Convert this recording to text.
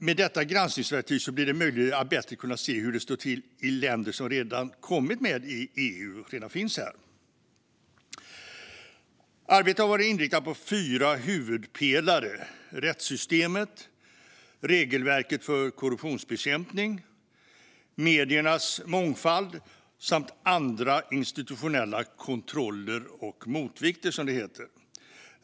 Med detta granskningsverktyg blir det möjligt att bättre se hur det står till i länder som redan är med i EU. Arbetet har varit inriktat på fyra huvudpelare: rättssystemet, regelverket för korruptionsbekämpning, mediernas mångfald samt andra institutionella kontroller och motvikter, som det heter.